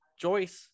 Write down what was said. Joyce